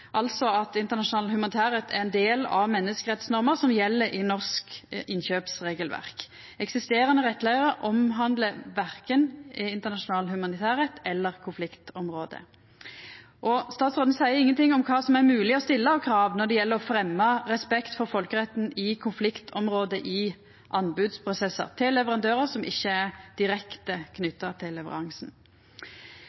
menneskerettsnorma som gjeld i norsk innkjøpsregelverk. Eksisterande rettleiar omhandlar verken internasjonal humanitærrett eller konfliktområde, og statsråden seier ingenting om kva som er mogleg å stilla av krav når det gjeld å fremja respekt for folkeretten i konfliktområde i anbodsprosessar til leverandørar som ikkje er direkte